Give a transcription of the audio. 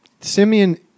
Simeon